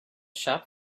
shop